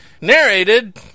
Narrated